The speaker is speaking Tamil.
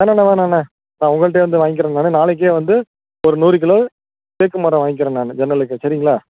வேணாம்ணே வேணாம்ணே நான் உங்கள்கிட்டயே வந்து வாங்கிக்கிறேண்ணே வேணாம் நாளைக்கே வந்து ஒரு நூறு கிலோ தேக்கு மரம் வாங்கிக்கிறேன் நானு ஜன்னலுக்கு சரிங்களா